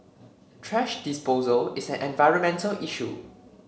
thrash disposal is an environmental issue